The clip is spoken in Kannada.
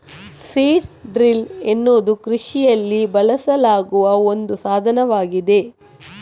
ಸೀಡ್ ಡ್ರಿಲ್ ಎನ್ನುವುದು ಕೃಷಿಯಲ್ಲಿ ಬಳಸಲಾಗುವ ಒಂದು ಸಾಧನವಾಗಿದೆ